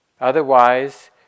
Otherwise